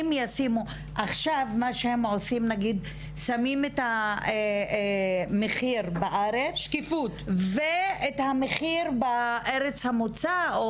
עכשיו שמים את המחיר בארץ ואת המחיר בארץ המוצא.